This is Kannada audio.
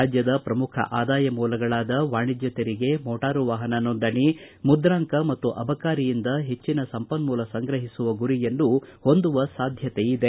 ರಾಜ್ಯದ ಪ್ರಮುಖ ಆದಾಯ ಮೂಲಗಳಾದ ವಾಣಿಜ್ಯ ತೆರಿಗೆ ಮೋಟಾರು ವಾಹನ ನೋಂದಣಿ ಮುಂದಾಕ ಮತ್ತು ಅಬಕಾರಿಯಿಂದ ಹೆಚ್ಚಿನ ಸಂಪನ್ಮೂಲ ಸಂಗ್ರಹಿಸುವ ಗುರಿಯನ್ನು ಹೊಂದುವ ಸಾಧ್ಯತೆ ಇದೆ